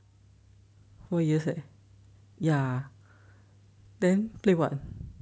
four years leh ya then play what